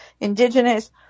indigenous